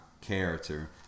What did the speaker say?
character